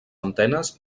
antenes